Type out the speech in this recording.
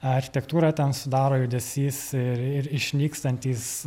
architektūrą ten sudaro judesys ir ir išnykstantys